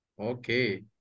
Okay